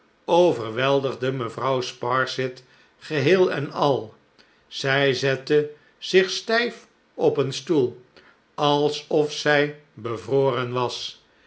overweldigde mevrouw sparsit geheel en al zij zette zich stijf op een stoel alsof zij bevroren was